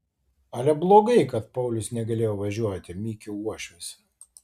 ale blogai kad paulius negalėjo važiuoti mykė uošvis